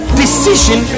decision